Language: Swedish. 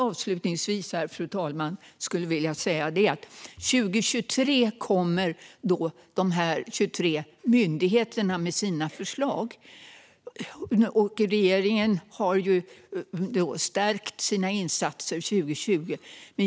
Avslutningsvis skulle jag vilja säga att 2023 kommer de 23 myndigheterna med sina förslag. Regeringen stärkte sina insatser 2020.